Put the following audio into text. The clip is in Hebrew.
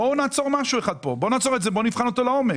בואו נעצור פה משהו אחד ונבחן אותו לעומק.